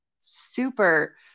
super